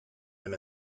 them